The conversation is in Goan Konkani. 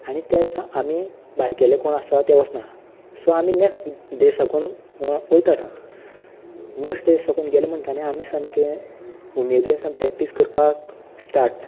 आनी त्या दिसा आमी बारकेले कोण आसा ते वचना सो आमी नेक्स्ट डे साकून वयता आमी नेक्स्ट डे साकून गेले म्हणटा आमी सामके उमेदीर सामके प्रेक्टीस करपाक स्टाट